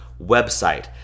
website